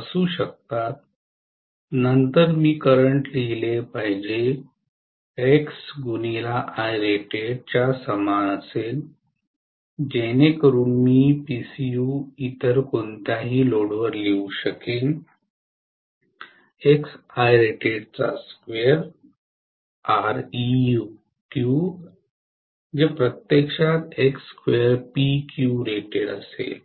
असू शकतात नंतर मी करंट लिहिले पाहिजे Irated च्या समान असेल जेणेकरून मी PCU इतर कोणत्याही लोडवर लिहू शकेन 2Req जे प्रत्यक्षात 2Pcurated असेल